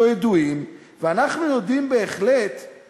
אבל באמת, אנחנו יוצאים מתוך